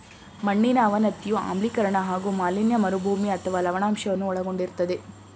ಮಣ್ಣಿನ ಅವನತಿಯು ಆಮ್ಲೀಕರಣ ಹಾಗೂ ಮಾಲಿನ್ಯ ಮರುಭೂಮಿ ಅಥವಾ ಲವಣಾಂಶವನ್ನು ಒಳಗೊಂಡಿರ್ತದೆ